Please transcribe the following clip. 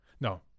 no